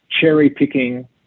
cherry-picking